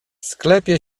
sklepie